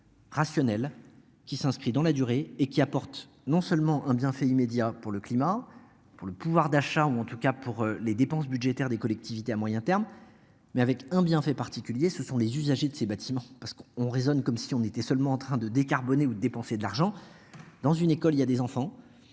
Rationnelle qui s'inscrit dans la durée et qui apporte non seulement un bienfait immédiat pour le climat pour le pouvoir d'achat ou en tout cas pour les dépenses budgétaires des collectivités à moyen terme. Mais avec un bienfait particulier, ce sont les usagers de ces bâtiments parce qu'on raisonne comme si on était seulement en train de décarboner ou dépenser de l'argent dans une école il y a des enfants.